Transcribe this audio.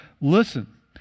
listen